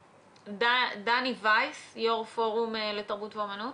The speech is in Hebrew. דני וייס, יו"ר פורום לתרבות ואומנות.